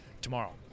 tomorrow